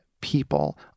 people